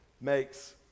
makes